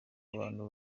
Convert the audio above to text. abantu